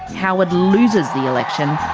howard loses the election